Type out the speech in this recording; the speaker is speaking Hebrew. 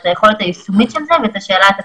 אבדוק את היכולת היישומית של זה ואת השאלה התקציבית.